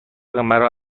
مرا